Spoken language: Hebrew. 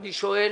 אני שואל